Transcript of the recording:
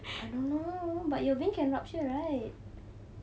I don't know your vein can rupture right